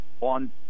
on